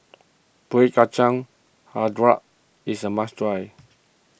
Kueh Kacang HiJau is a must try